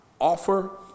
offer